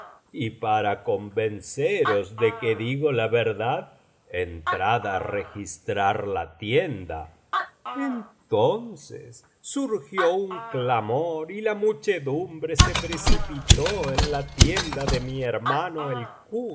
y para convenceros de que digo la verdad entrad á registrar la tienda entonces surgió un clamor y la muchedumbre se precipitó en la tienda de mi hermano